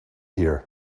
here